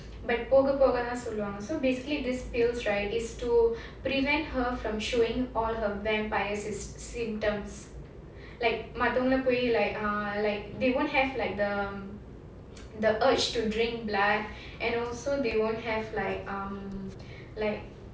but போக போகதா சொல்லுவாங்க:poga pogadha solluvaanga so basically this pills right is to prevent her from showing all her vampires' symptoms like மத்தவங்க:mathavanga like ah like they won't have like the the urge to drink blood and also they won't have like um like